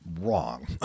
wrong